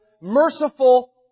merciful